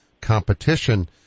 competition